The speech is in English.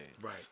Right